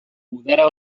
udara